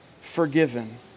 forgiven